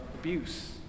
abuse